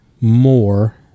More